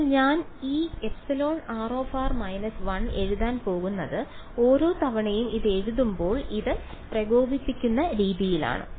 അതിനാൽ ഞാൻ ഈ εr − 1 എഴുതാൻ പോകുന്നത് ഓരോ തവണയും ഇത് എഴുതുമ്പോൾ ഇത് പ്രകോപിപ്പിക്കുന്ന രീതിയിലാണ്